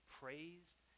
praised